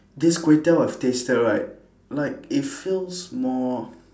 this kway teow I've tasted right like it feels more